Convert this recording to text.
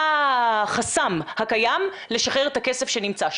מה החסם הקיים לשחרר את הכסף שנמצא שם?